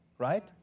right